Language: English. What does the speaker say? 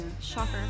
Shocker